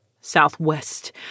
Southwest